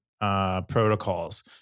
protocols